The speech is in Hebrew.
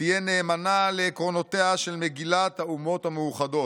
ותהיה נאמנה לעקרונותיה של מגילת האומות המאוחדות.